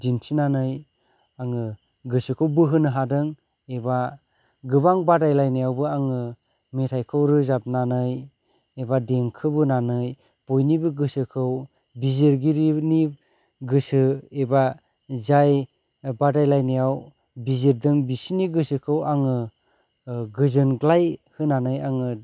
दिन्थिनानै आङो गोसोखौ बोहोनो हादों एबा गोबां बादायलायनायावबो आङो मेथायखौ रोजाबनानै एबा देंखो बोनानै बयनिबो गोसोखौ बिजिरगिरिनि गोसो एबा जाय बादायलायनायाव बिजिरदों बिसिनि गोसोखौ आङो गोजोनग्लायहोनानै आङो